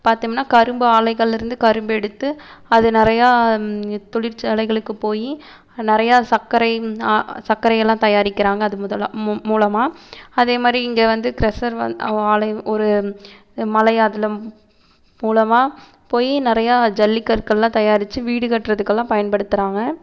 பார்த்தம்னா கரும்பு ஆலைகள் இருந்து கரும்பு எடுத்து அது நிறையா தொழிற்சாலைகளுக்கு போய் நிறையா சர்க்கரை ஆ சர்க்கரையெல்லாம் தயாரிக்கிறாங்க அது முதலா மூ மூலமாக அதேமாதிரி இங்கே வந்து ஆவ் ஆலை ஒரு மலை அதில் மூலமாக போய் நிறையா ஜல்லி கற்கள்லாம் தயாரித்து வீடு கட்டுறதுக்கெல்லாம் பயன்படுத்துகிறாங்க